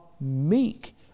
meek